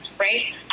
right